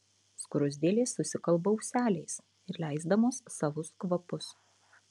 skruzdėlės susikalba ūseliais ir leisdamos savus kvapus